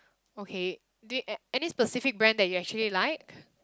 okay do any specific brand that you actually like